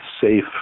safe